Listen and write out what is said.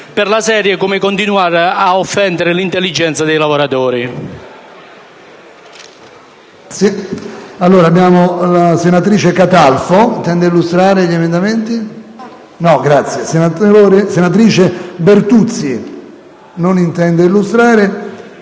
per la serie: come continuare ad offendere l'intelligenza dei lavoratori.